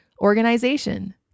organization